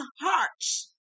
hearts